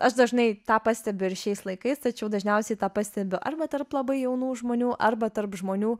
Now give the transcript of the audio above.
aš dažnai tą pastebiu ir šiais laikais tačiau dažniausiai tą pastebiu arba tarp labai jaunų žmonių arba tarp žmonių